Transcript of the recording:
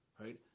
right